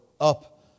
up